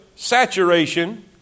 saturation